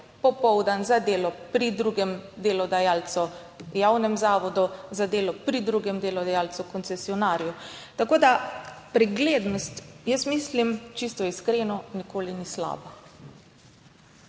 popoldan, za delo pri drugem delodajalcu javnem zavodu, za delo pri drugem delodajalcu koncesionarju. Tako da preglednost, jaz mislim čisto iskreno, nikoli ni slaba.